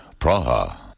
Praha